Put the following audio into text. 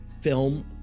film